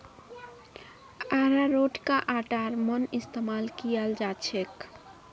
अरारोटका आटार मन इस्तमाल कियाल जाछेक